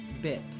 bit